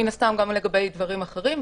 מן הסתם גם לגבי דברים אחרים.